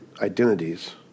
identities